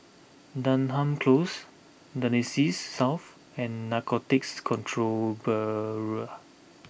Denham Close Connexis South and Narcotics Control Bureau